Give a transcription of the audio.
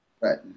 Right